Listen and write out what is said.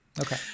Okay